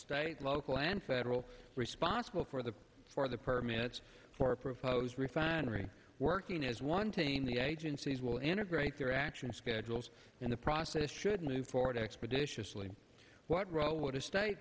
state local and federal responsible for the for the permits for proposed refinery working as wanting the agencies will integrate their action schedules and the process should move forward expeditiously what role would a state